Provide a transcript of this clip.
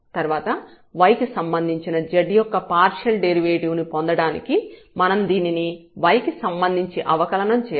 తర్వాత y కి సంబంధించిన z యొక్క పార్షియల్ డెరివేటివ్ ని పొందడానికి మనం దీనిని y కి సంబంధించి అవకలనం చేయాలి